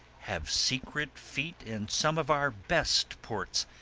have secret feet in some of our best ports,